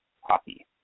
hockey